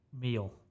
meal